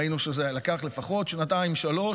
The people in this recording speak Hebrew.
ראינו שזה לקח לפחות שנתיים-שלוש,